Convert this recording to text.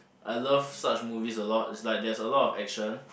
I love such movies a lot it's like there's a lot of action